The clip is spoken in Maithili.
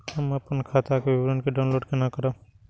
हम अपन खाता के विवरण के डाउनलोड केना करब?